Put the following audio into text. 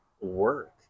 work